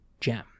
gem